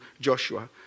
Joshua